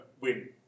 win